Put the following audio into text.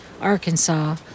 Arkansas